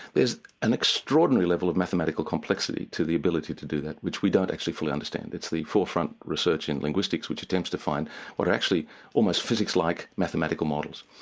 there's an extraordinary level of mathematical complexity to the ability to do that which we don't actually fully understand. it's the forefront research in linguistics which attempts to find what are actually almost physics-like mathematical models.